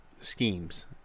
schemes